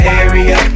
area